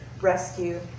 rescue